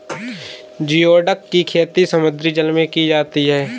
geoduck की खेती समुद्री जल में की जाती है